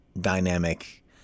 dynamic